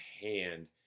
hand